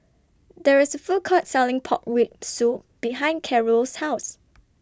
There IS A Food Court Selling Pork Rib Soup behind Carole's House